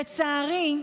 לצערי,